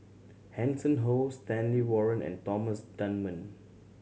Hanson Ho Stanley Warren and Thomas Dunman